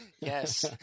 Yes